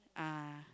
uh